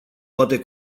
poate